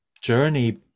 journey